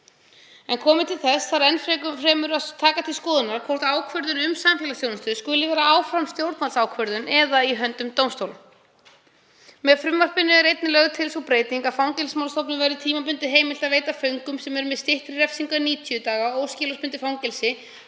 En komi til þess þarf enn fremur að taka til skoðunar hvort ákvörðun um samfélagsþjónustu skuli vera áfram stjórnvaldsákvörðun eða í höndum dómstóla. Með frumvarpinu er einnig lögð til sú breyting að Fangelsismálstofnun verði tímabundið heimilt að veita föngum sem eru með styttri refsingu en 90 daga óskilorðsbundið fangelsi